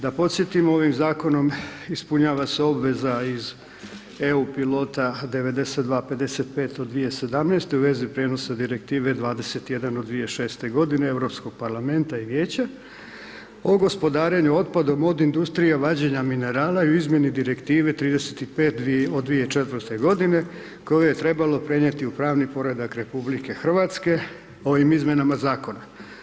Da podsjetimo, ovim Zakonom ispunjava se obveza iz EU pilota 92 55 od 2017.-toj u vezi prijenosa Direktive 21 od 2006.-te godine Europskog Parlamenta i Vijeća o gospodarenju otpadom, od industrije, vađenja minerala i u izmjeni Direktive 35 od 2004.-te godine koju je trebalo prenijeti u pravni poredak RH ovim izmjenama Zakona.